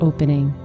Opening